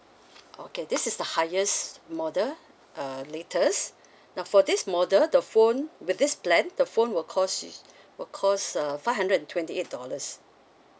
okay this is the highest model uh latest now for this model the phone with this plan the phone will cost you will cost uh five hundred and twenty eight dollars